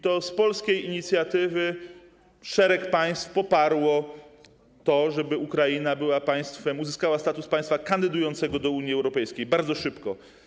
To z polskiej inicjatywy szereg państw poparło to, żeby Ukraina była państwem, uzyskała status państwa kandydującego do Unii Europejskiej bardzo szybko.